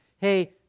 hey